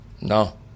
No